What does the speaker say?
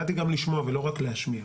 באתי גם לשמוע ולא רק להשמיע,